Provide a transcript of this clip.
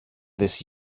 this